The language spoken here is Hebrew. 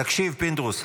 תקשיב, פינדרוס.